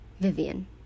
Vivian